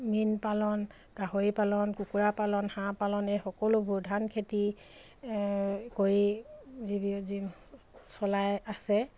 মীন পালন গাহৰি পালন কুকুৰা পালন হাঁহ পালন এই সকলোবোৰ ধান খেতি কৰি জীৱি চলাই আছে